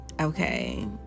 okay